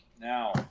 Now